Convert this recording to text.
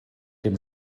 dem